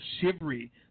shivery